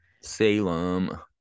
Salem